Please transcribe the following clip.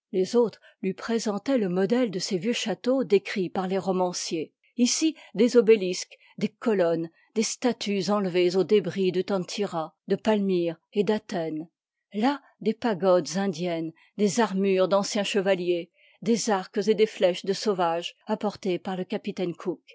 le autres lui présentoient le modèle de ces vieux châteaux décrits par les romanciers ici des obélisques des colonnes des sta tues enlevés aux débris de tentyra de pal myre et d'athènes là des pagodes indiennes des armures d'anciens chevaliers des arcs et des flèches de sauvages apportés parle capitaine